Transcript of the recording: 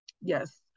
yes